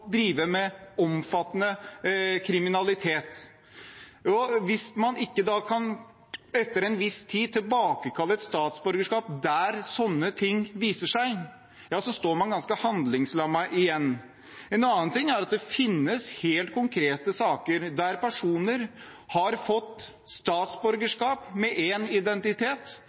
drive med omfattende kriminalitet. Hvis man da ikke etter en viss tid kan tilbakekalle et statsborgerskap når sånne ting viser seg, ja, så står man ganske handlingslammet igjen. En annen ting er at det finnes helt konkrete saker der personer har fått statsborgerskap med én identitet